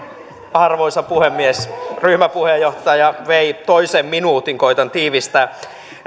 arvoisa puhemies ryhmäpuheenjohtaja vei toisen minuutin koetan tiivistää